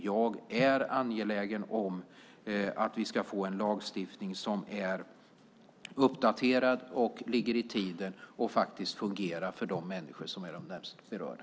Jag är angelägen om att vi ska få en lagstiftning som är uppdaterad, ligger i tiden och fungerar för de människor som är närmast berörda.